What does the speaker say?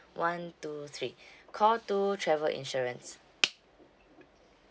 one two three call two travel insurance